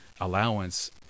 allowance